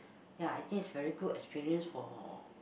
ya I think is very good experience for